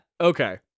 okay